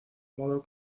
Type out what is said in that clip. modo